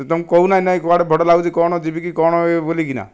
ତୁମକୁ କହୁନା ନାହିଁ କୁଆଡ଼େ ଭଡ଼ା ଲାଗୁଛି କ'ଣ ଯିବିକି କ'ଣ ବୋଲି କିନା